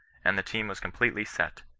and the team was completely set.